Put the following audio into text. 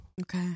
Okay